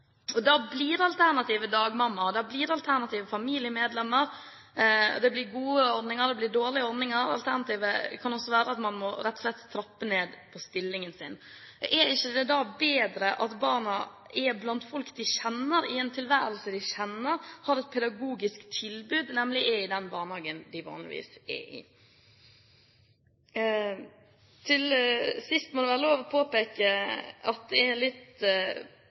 Da blir alternativet dagmamma, og da blir alternativet familiemedlemmer. Det blir gode ordninger, og det blir dårlige ordninger. Alternativet kan også være at en rett og slett må trappe ned på stillingen sin. Er det da ikke bedre at barna er blant folk de kjenner, i en tilværelse de kjenner, har et pedagogisk tilbud – nemlig at de er i den barnehagen de vanligvis er i? Til sist må det være lov å påpeke at det er litt